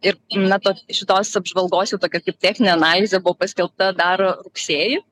ir na to šitos apžvalgos jau tokia kaip techninė analizė buvo paskelbta dar rugsėjį